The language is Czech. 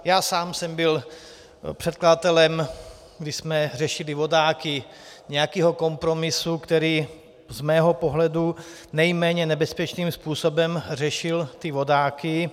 Já sám jsem byl předkladatelem, když jsme řešili vodáky, nějakého kompromisu, který z mého pohledu nejméně nebezpečným způsobem řešil ty vodáky.